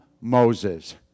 Moses